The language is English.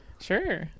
Sure